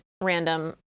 random